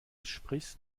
sprichst